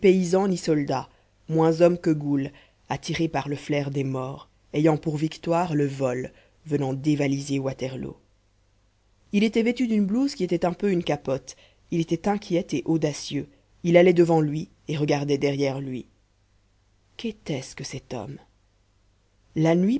paysan ni soldat moins homme que goule attiré par le flair des morts ayant pour victoire le vol venant dévaliser waterloo il était vêtu d'une blouse qui était un peu une capote il était inquiet et audacieux il allait devant lui et regardait derrière lui qu'était-ce que cet homme la nuit